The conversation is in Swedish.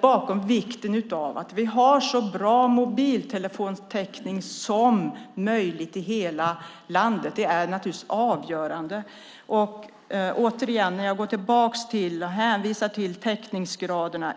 bakom vikten av att vi har så bra mobiltelefontäckning som möjligt i hela landet. Det är naturligtvis avgörande. Jag hänvisar återigen till täckningsgraderna.